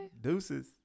Deuces